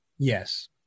yes